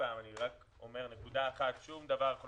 אני מבקש לומר שוב דבר אחד: שום דבר אנחנו